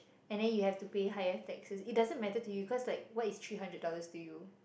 and then you have to pay higher tax it doesn't matter to you cause like what is three hundred dollars to you